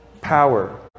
power